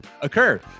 occur